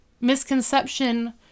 misconception